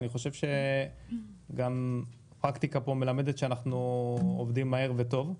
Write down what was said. אני חושב שהפרקטיקה כאן מלמדת שאנחנו עובדים מהר וטוב.